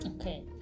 Okay